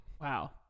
Wow